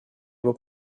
его